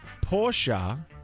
Porsche